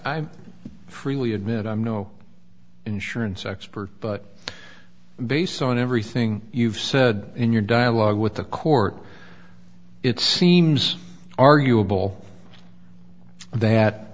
i'm freely admit i'm no insurance expert but based on everything you've said in your dialogue with the court it seems arguable that